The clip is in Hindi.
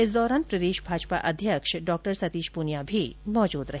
इस दौरान प्रदेश भाजपा अध्यक्ष डॉ सतीश पूनिया भी मौजूद रहे